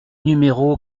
numéro